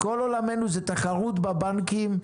כול עולמנו זה תחרות בבנקים,